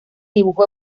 dibujo